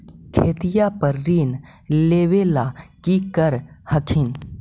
खेतिया पर ऋण लेबे ला की कर हखिन?